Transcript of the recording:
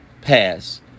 Pass